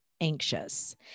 anxious